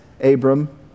Abram